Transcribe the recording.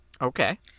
Okay